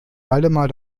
waldemar